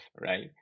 right